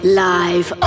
live